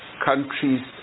countries